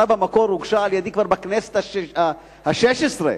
הוגשה כבר בכנסת השש-עשרה.